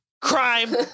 crime